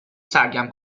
سرگرم